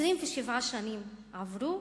27 שנים עברו,